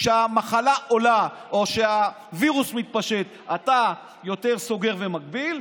כשהמחלה עולה או כשהווירוס מתפשט אתה יותר סוגר ומגביל,